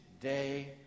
Day